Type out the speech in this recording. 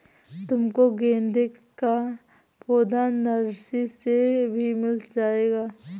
तुमको गेंदे का पौधा नर्सरी से भी मिल जाएगा